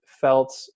felt